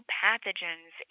pathogens